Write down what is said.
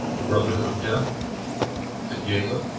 the brotherhood of death at yale,